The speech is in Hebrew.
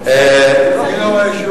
אני לא רואה,